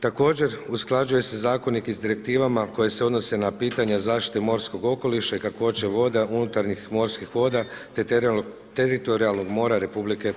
Također, usklađuje se zakonik sa direktivama koje se odnose i na pitanje zaštite morskog okoliša i kakvoće voda, unutarnjih morskih voda te teritorijalnog mora RH.